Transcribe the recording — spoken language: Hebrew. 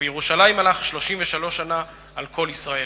ובירושלים מלך 33 שנה על כל ישראל.